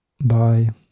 Bye